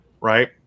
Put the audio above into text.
Right